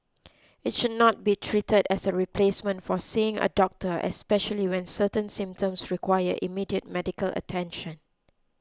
it should not be treated as a replacement for seeing a doctor especially when certain symptoms require immediate medical attention